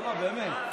לא, באמת.